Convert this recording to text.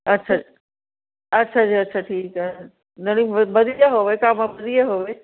ਅੱਛਾ ਜੀ ਅੱਛਾ ਜੀ ਅੱਛੀ ਠੀਕ ਹੈ ਜਾਣੀ ਵਧੀਆ ਹੋਵੇ ਕੰਮ ਵਧੀਆ ਹੋਵੇ